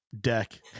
deck